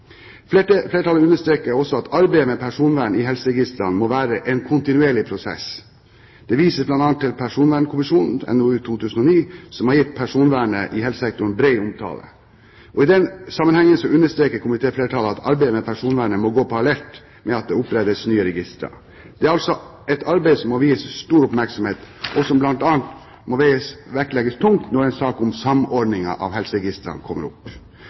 Flertallet understreker også at arbeidet med personvern i helseregistrene må være en kontinuerlig prosess. Det vises bl.a. til at Personvernkommisjonen i NOU 2009:1 har gitt personvernet i helsesektoren bred omtale. I den sammenheng understreket komitéflertallet at arbeidet med personvernet må gå parallelt med at det opprettes nye registre. Dette er altså et arbeid som må vies stor oppmerksomhet, og som bl.a. må vektlegges tungt når en sak om samordning av helseregistrene kommer opp.